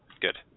Good